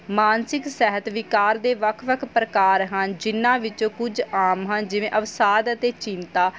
ਮਾਨਸਿਕ ਸਿਹਤ ਵਿਕਾਰ ਦੇ ਵੱਖ ਵੱਖ ਪ੍ਰਕਾਰ ਹਨ ਜਿਹਨਾਂ ਵਿੱਚੋਂ ਕੁਝ ਆਮ ਹਨ ਜਿਵੇਂ ਅਵਸਾਧ ਅਤੇ ਚਿੰਤਾ